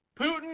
Putin